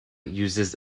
uses